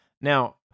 Now